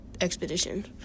expedition